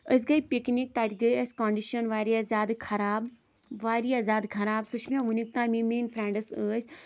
أسۍ گٔے پِکنِک تَتہِ گٔے اَسہِ کَنٛڈِشَن واریاہ زیادٕ خراب واریاہ زیادٕ خراب سٔہ چھِ مےٚ ؤنیُک تام یِم میٲنۍ فریٚنٛڈٕس ٲسۍ